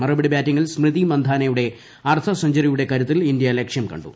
മറുപടി ബാറ്റിംഗിൽ സ്മൃതി മന്ധാനയുടെ അർദ്ധസെഞ്ച്റിയുടെ കരുത്തിൽ ഇന്ത്യ ലക്ഷ്യം കണ്ടു